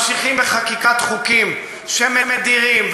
ממשיכים בחקיקת חוקים שמדירים,